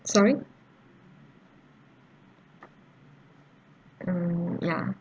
sorry mm ya